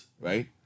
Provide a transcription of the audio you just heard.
right